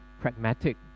pragmatic